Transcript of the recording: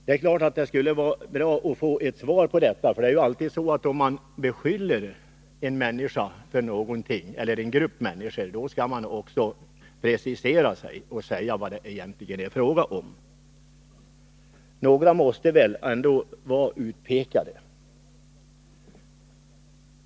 Det skulle vara bra att få svar på dessa frågor. Om man beskyller en människa eller en grupp människor för någonting skall man också precisera sig och säga vad det egentligen är fråga om. Några måste vara utpekade.